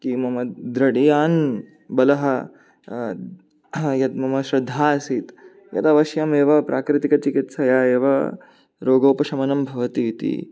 कि मम द्रढीयान् बलः यद् मम श्रद्धा आसीत् तद् अवश्यमेव प्राकृतिकचिकित्सया एव रोगोपशमनं भवति इति